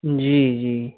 जी जी